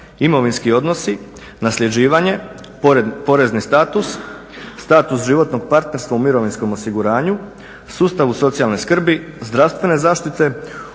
imovinski odnosi, nasljeđivanje, porezni status, status životnog partnerstva u mirovinskom osiguranju, sustavu socijalne skrbi, zdravstvene zaštite,